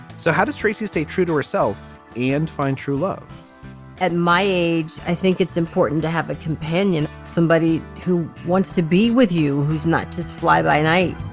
so how does tracey stay true to herself and find true love at my age. i think it's important to have a companion somebody who wants to be with you who's not just fly by night.